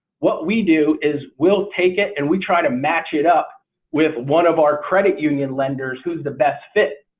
what we do is we'll take it and we try to match it up with one of our credit union lenders who's the best fit.